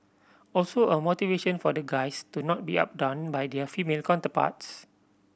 also a motivation for the guys to not be outdone by their female counterparts